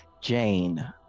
jane